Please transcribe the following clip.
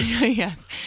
Yes